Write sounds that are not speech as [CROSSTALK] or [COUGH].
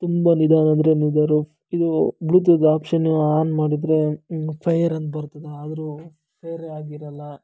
ತುಂಬ ನಿಧಾನ ಅಂದರೆ ನಿಧಾನ ಇದೂ ಬ್ಲೂತೂದ್ ಆಪ್ಷನು ಆನ್ ಮಾಡಿದ್ರೆ [UNINTELLIGIBLE] ಫೆಯರ್ ಅಂತ ಬರ್ತಿದೆ ಆದರೂ ಫೇರೇ ಆಗಿರಲ್ಲ